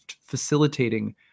facilitating